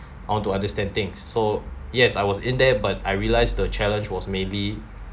I want to understand things so yes I was in there but I realised the challenge was maybe